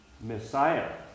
Messiah